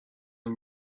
and